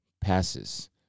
passes